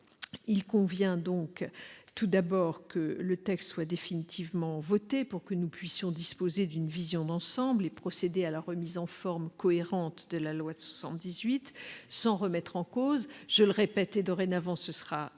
Il convient donc, tout d'abord, que le texte soit définitivement voté pour que nous puissions disposer d'une vision d'ensemble pour procéder à la remise en forme cohérente de la loi de 1978, sans remettre en cause- je le répète et, dorénavant, ce sera écrit